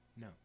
No